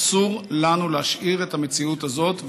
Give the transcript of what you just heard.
אסור לנו להשאיר את המציאות הזאת,